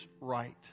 right